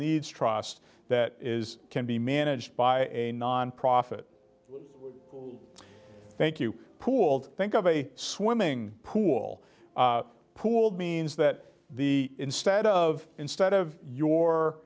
needs trust that is can be managed by a nonprofit thank you pooled think of a swimming pool pool means that the instead of instead of your